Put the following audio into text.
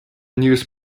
news